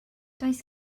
does